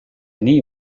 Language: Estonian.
nii